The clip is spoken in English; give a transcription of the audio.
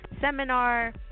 seminar